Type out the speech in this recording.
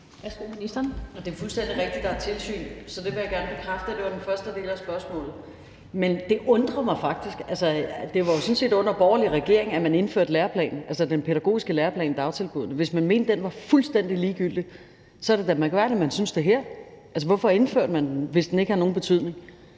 (Pernille Rosenkrantz-Theil): Det er fuldstændig rigtigt, at der er tilsyn, så det vil jeg gerne bekræfte. Det var den første del af spørgsmålet. Men det undrer mig faktisk, for det var jo sådan set under borgerlig regering, at man indførte læreplanen, altså den pædagogiske læreplan i dagtilbuddene. Hvis man mente, at den var fuldstændig ligegyldig, er det da mærkværdigt, at man synes det her. Altså, hvorfor indførte man den, hvis den ikke har nogen betydning?